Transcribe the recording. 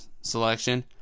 selection